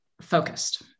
focused